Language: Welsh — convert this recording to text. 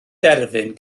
derfyn